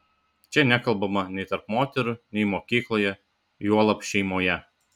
čia nekalbama nei tarp moterų nei mokykloje juolab šeimoje